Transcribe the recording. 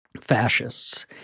fascists